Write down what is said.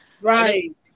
Right